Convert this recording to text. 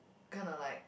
kind of like